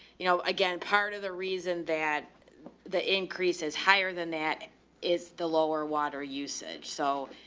you know, again, part of the reason that the increase is higher than that is the lower water usage. so,